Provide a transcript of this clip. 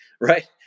right